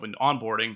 onboarding